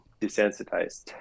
desensitized